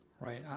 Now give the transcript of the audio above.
Right